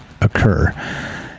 occur